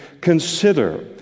consider